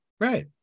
Right